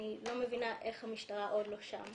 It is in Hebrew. אני לא מבינה איך המשטרה עוד לא שם.